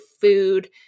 food